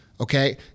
Okay